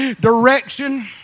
direction